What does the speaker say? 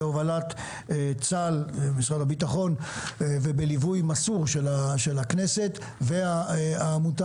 בהובלת צה"ל ומשרד הביטחון ובליווי מסור של הכנסת והעמותה,